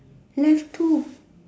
left two